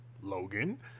Logan